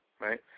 right